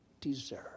deserve